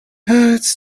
it’s